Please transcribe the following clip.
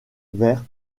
vers